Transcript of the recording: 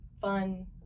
fun